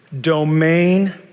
Domain